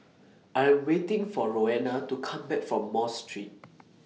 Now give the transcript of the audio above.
I Am waiting For Roena to Come Back from Mosque Street